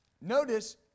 notice